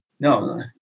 No